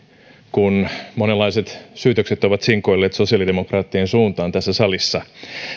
kun monenlaiset syytökset ovat sinkoilleet sosiaalidemokraattien suuntaan tässä salissa